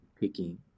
picking